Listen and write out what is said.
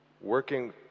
working